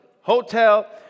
hotel